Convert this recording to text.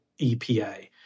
EPA